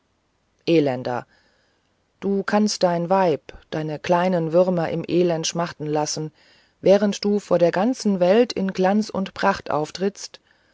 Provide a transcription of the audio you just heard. elender du kannst dein weib deine kleinen würmer im elend schmachten lassen während du vor der welt in glanz und pracht auftrittst